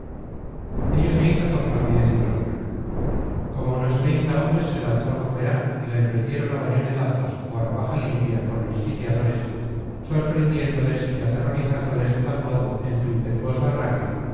ello se hizo con rapidez y bravura como unos treinta hombres se lanzaron fuera y la emprendieron a bayonetazos o a navaja limpia con los sitiadores sorprendiéndoles y aterrorizándoles de tal modo en su impetuoso arranque